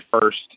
first